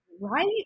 Right